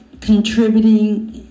contributing